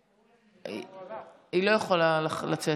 היא לא יכולה לצאת.